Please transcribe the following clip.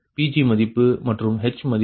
Pg மதிப்பு மற்றும் H மதிப்பு